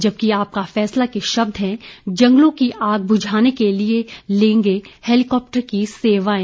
जबकि आपका फैसला के शब्द हैं जंगलों की आग बुझाने के लिये लेंगे हेलीकॉप्टर की सेवाएं